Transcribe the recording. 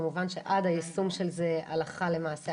כמובן שעד היישום של הזה הלכה למעשה,